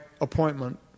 appointment